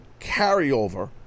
carryover